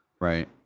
Right